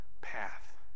path